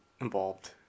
involved